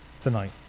tonight